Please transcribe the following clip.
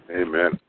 Amen